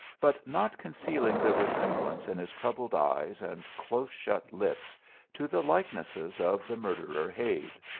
but not concealing the resemblance in his troubled eyes and close-shut lips to the likenesses of the murderer hade.